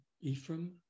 Ephraim